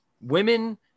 women –